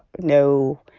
no,